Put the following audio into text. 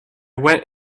went